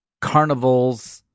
carnivals